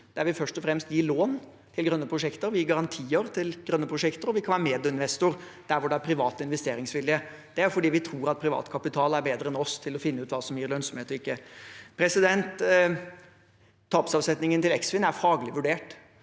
lån til grønne prosjekter, vi gir garantier til grønne prosjekter, og vi kan være medinvestor der hvor det er privat investeringsvilje. Det er fordi vi tror at privat kapital er bedre enn oss til å finne ut hva som gir lønnsomhet og ikke. Tapsavsetningen til Eksfin er faglig vurdert.